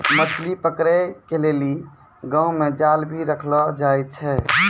मछली पकड़े के लेली गांव मे जाल भी रखलो जाए छै